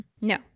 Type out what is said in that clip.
No